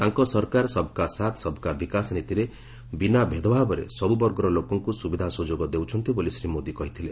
ତାଙ୍କ ସରକାର ସବ୍ କା ସାଥ୍ ସବ୍କା ବିକାଶ ନୀତିରେ ବିନା ଭେଦଭାବରେ ସବୁବର୍ଗର ଲୋକଙ୍କୁ ସୁବିଧା ସୁଯୋଗ ଦେଉଛନ୍ତି ବୋଲି ଶ୍ରୀ ମୋଦି କହିଥିଲେ